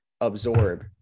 absorb